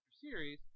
series